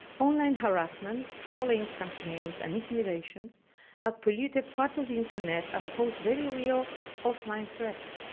online harassment, trolling campaigns, and intimidations have polluted parts of the internet and pose very real offline threats,